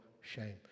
shame